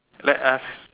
let us